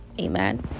Amen